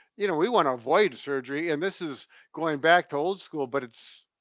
you know, we wanna avoid surgery and this is going back to old school but it's,